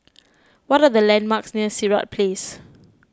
what are the landmarks near Sirat Place